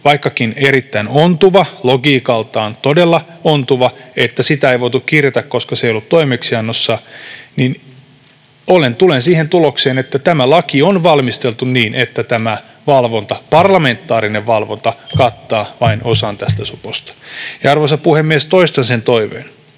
vaikkakin erittäin ontuva logiikaltaan, todella ontuva, että sitä ei voitu kirjata, koska se ei ollut toimeksiannossa — että tämä laki on valmisteltu niin, että parlamentaarinen valvonta kattaa vain osan suposta. Arvoisa puhemies! Toistan sen toiveen: